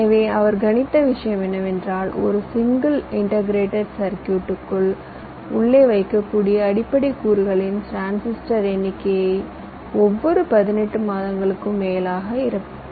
எனவே அவர் கணித்த விஷயம் என்னவென்றால் ஒரு சிங்கிள் இன்டேகிரேடட் சர்க்யூட்க்குள் உள்ளே வைக்கக்கூடிய அடிப்படைக் கூறுகளின் டிரான்சிஸ்டர் எண்ணிக்கை ஒவ்வொரு பதினெட்டு மாதங்களுக்கும் மேலாக இரட்டிப்பாகும்